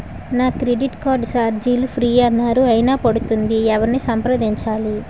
నా credit card ఛార్జీలు free అన్నారు అయినా పడుతుంది ఎవరిని సంప్రదించాలి?